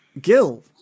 Gil